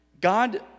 God